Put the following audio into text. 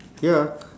ya